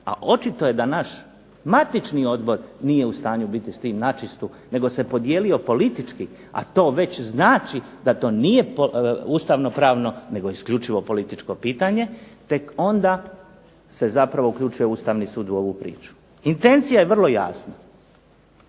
a očito je da naš matični odbor nije u stanju biti s tim načistu nego se podijelio politički, a to već znači da to nije ustavno-pravno nego isključivo političko pitanje, tek onda se zapravo uključuje Ustavni sud u ovu priču. Intencija je vrlo jasna.